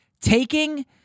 taking